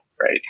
right